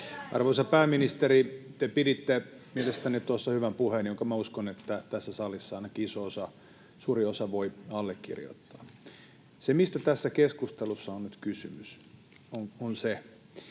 Arvoisa pääministeri, te piditte mielestäni tuossa hyvän puheen, jonka uskon, että tässä salissa ainakin iso osa, suuri osa, voi allekirjoittaa. Se, mistä tässä keskustelussa on nyt kysymys, on se, että